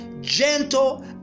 gentle